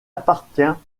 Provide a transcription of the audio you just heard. appartient